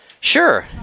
Sure